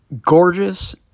gorgeous